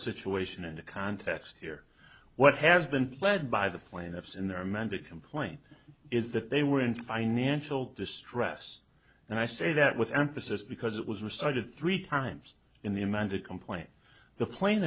situation in the context here what has been led by the plaintiffs in their amended complaint is that they were in financial distress and i say that with emphasis because it was restarted three times in the amended complaint the pla